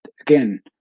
again